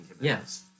yes